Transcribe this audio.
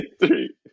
three